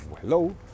hello